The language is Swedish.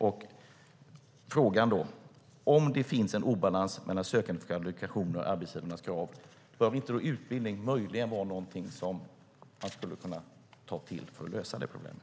Min fråga är: Om det finns en obalans mellan sökandenas kvalifikationer och arbetsgivarnas krav, bör då inte utbildning vara någonting man kan ta till för att lösa det problemet?